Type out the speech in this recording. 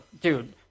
Dude